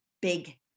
big